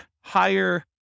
higher